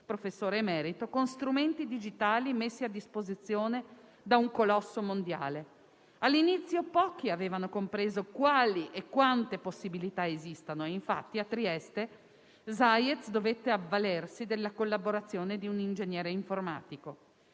professore emerito, con strumenti digitali messi a disposizione da un colosso mondiale. All'inizio pochi avevano compreso quali e quante possibilità esistono, infatti a Trieste Zajec dovette avvalersi della collaborazione di un ingegnere informatico.